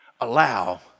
allow